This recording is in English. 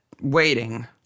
waiting